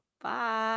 bye